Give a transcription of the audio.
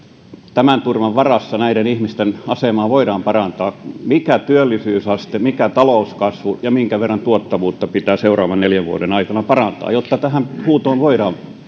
tämän turvan varassa asemaa parantaa mikä työllisyysaste pitää olla mikä talouskasvu ja minkä verran tuottavuutta pitää seuraavan neljän vuoden aikana parantaa jotta tähän huutoon voidaan